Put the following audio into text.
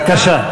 בבקשה.